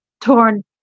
Torn